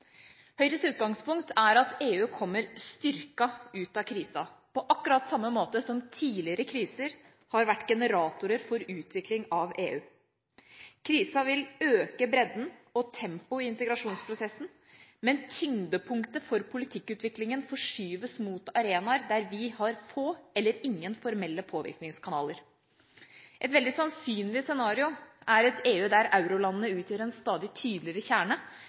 Høyres utgangspunkt er at EU kommer styrket ut av krisen, på akkurat samme måte som tidligere kriser har vært generatorer for utvikling av EU. Krisen vil øke bredden og tempoet i integrasjonsprosessen, men tyngdepunktet for politikkutviklingen forskyves mot arenaer der vi har få eller ingen formelle påvirkningskanaler. Et veldig sannsynlig scenario er et EU der eurolandene utgjør en stadig tydeligere kjerne,